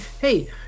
hey